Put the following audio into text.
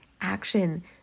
action